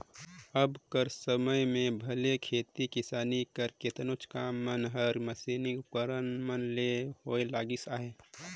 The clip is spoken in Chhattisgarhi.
अब कर समे में भले खेती किसानी कर केतनो काम मन हर मसीनी उपकरन मन ले होए लगिस अहे